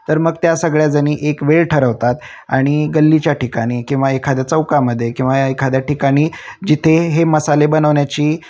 तर मग त्या सगळ्याजणी एक वेळ ठरवतात आणि गल्लीच्या ठिकाणी किंवा एखाद्या चौकामध्ये किंवा एखाद्या ठिकाणी जिथे हे मसाले बनवण्याची